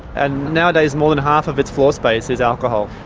and nowadays more than half of its floor space is alcohol.